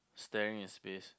staring in space